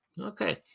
Okay